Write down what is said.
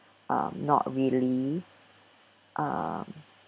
um not really um